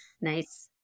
Nice